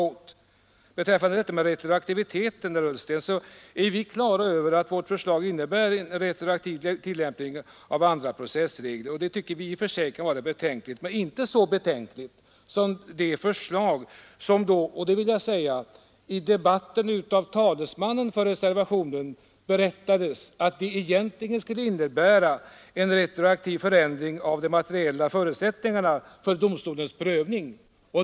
Vad beträffar detta med retroaktiviteten, herr Ullsten, är vi på det klara med att vårt förslag innebär en retroaktiv tillämpning av andra processregler. Det tycker vi i detta fall kan vara betänkligt, men inte så betänkligt som det förslag, varom talesmannen för reservanterna i debatten talade om. Det skulle egentligen innebära en retroaktiv förändring av de materiella förutsättningarna för domstolens prövning.